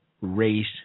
race